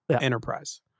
enterprise